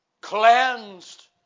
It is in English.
cleansed